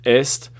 est